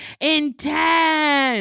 intense